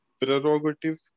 prerogative